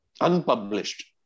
unpublished